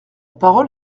parole